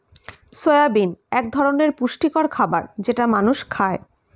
soybean এক ধরনের পুষ্টিকর খাবার যেটা মানুষ খায়